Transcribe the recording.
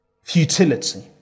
futility